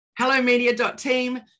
hellomedia.team